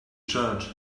church